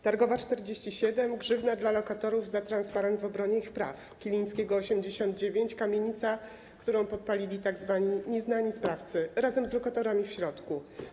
Targowa 47 - grzywna dla lokatorów za transparent w obronie ich praw. Kilińskiego 89 - kamienica, którą podpalili tzw. nieznani sprawcy, razem z lokatorami w środku.